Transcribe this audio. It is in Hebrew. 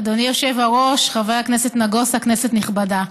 אדוני היושב-ראש, חבר הכנסת נגוסה, כנסת נכבדה,